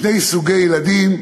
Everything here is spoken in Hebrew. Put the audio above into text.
שני סוגי ילדים,